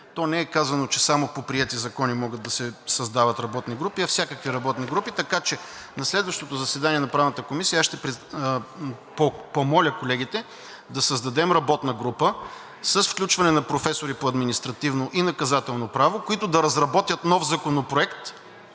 То не е казано, че само по приети закони могат да се създават работни групи, а всякакви работни групи. Така че на следващото заседание на Правната комисия аз ще помоля колегите да създадем работна група с включване на професори по административно и наказателно право, които да разработят нов законопроект